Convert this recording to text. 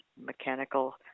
mechanical